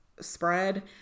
spread